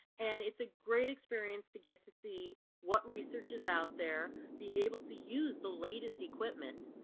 and it's a great experience to get to see what research is out there, be able to use the latest equipment.